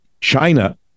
china